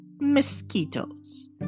Mosquitoes